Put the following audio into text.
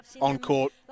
on-court